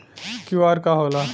QR का होला?